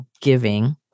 giving